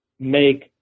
make